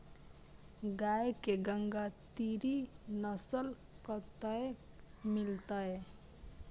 गाय के गंगातीरी नस्ल कतय मिलतै?